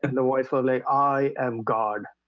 and the voice was like i am god